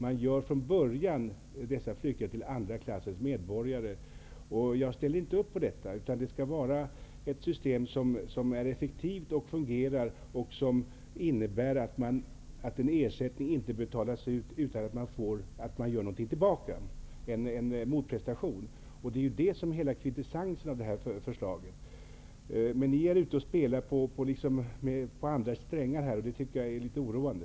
Man gör från början dessa flyktingar till andra klassens medborgare. Jag ställer inte upp på detta. Det skall vara ett effektivt system som fungerar och som innebär att en ersättning inte betalas ut utan att det görs något så att säga tillbaka, en motprestation. Det är ju detta som är hela kvintessensen med det här förslaget. Men ni är ute och spelar på andra strängar, och det tycker jag är litet oroande.